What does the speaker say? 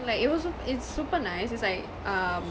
like it was so it's super nice it's like um